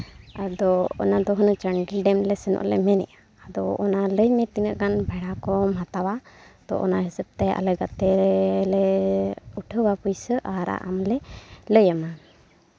ᱟᱫᱚ ᱚᱱᱟᱫᱚ ᱦᱩᱱᱟᱹᱝ ᱪᱟᱱᱰᱤᱞ ᱰᱮᱢᱞᱮ ᱥᱮᱱᱚᱜ ᱞᱮ ᱢᱮᱱᱮᱫᱼᱟ ᱟᱫᱚ ᱚᱱᱟ ᱞᱟᱹᱭᱢᱮ ᱛᱤᱱᱟᱹᱜ ᱜᱟᱱ ᱵᱷᱟᱲᱟ ᱠᱚᱢ ᱦᱟᱛᱟᱣᱟ ᱛᱳ ᱚᱱᱟ ᱦᱤᱥᱟᱹᱵᱽᱛᱮ ᱜᱟᱛᱮᱞᱮ ᱩᱴᱷᱟᱹᱣᱟ ᱯᱩᱭᱥᱟᱹ ᱟᱨ ᱟᱢᱞᱮ ᱞᱟᱹᱭᱟᱢᱟ